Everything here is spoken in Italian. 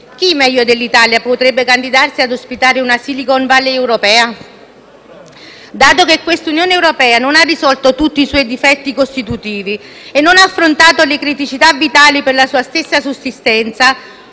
Chi meglio dell'Italia potrebbe candidarsi a ospitare una Silicon Valley europea? Dato che questa Unione europea non ha risolto tutti i suoi difetti costitutivi e non ha affrontato le criticità vitali per la sua stessa sussistenza,